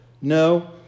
no